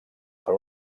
per